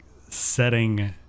setting